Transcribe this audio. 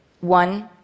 One